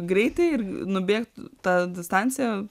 greitai ir nubėgt tą distanciją